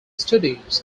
studios